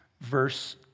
verse